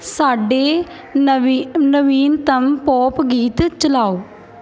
ਸਾਡੇ ਨਵੀ ਨਵੀਨਤਮ ਪੌਪ ਗੀਤ ਚਲਾਓ